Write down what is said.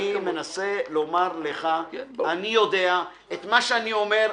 אני יודע את מה שאני אומר.